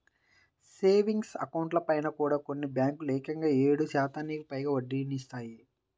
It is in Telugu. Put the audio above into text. సేవింగ్స్ అకౌంట్లపైన కూడా కొన్ని బ్యేంకులు ఏకంగా ఏడు శాతానికి పైగా వడ్డీనిత్తన్నాయి